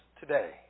today